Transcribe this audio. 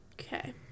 Okay